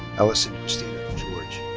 allison christina george.